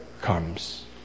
comes